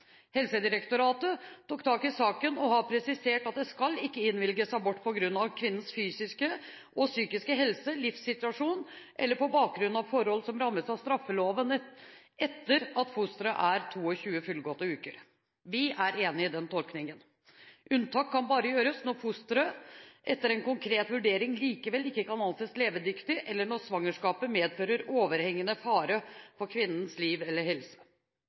Helsedirektoratet tok tak i saken og har presisert at det ikke skal innvilges abort på bakgrunn av kvinnens fysiske og psykiske helse, livssituasjon eller forhold som rammes av straffeloven, etter at fosteret er 22 fullgåtte uker. Vi er enige i den tolkningen. Unntak kan bare gjøres når fosteret etter en konkret vurdering likevel ikke kan anses å være levedyktig, eller når svangerskapet medfører overhengende fare for kvinnens liv eller helse.